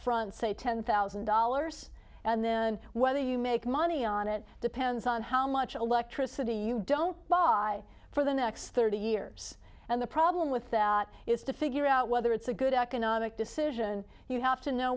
upfront say ten thousand dollars and then whether you make money on it depends on how much electricity you don't for the next thirty years and the problem with that is to figure out whether it's a good economic decision you have to know